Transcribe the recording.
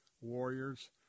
warriors